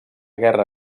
guerra